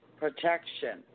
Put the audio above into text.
protection